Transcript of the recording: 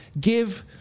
give